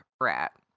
rat